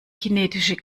kinetische